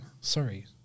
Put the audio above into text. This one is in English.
sorry